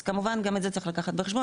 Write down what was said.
אז כמוהן גם את זה צריך לקחת בחשבון,